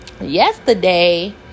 Yesterday